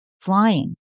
flying